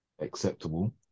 acceptable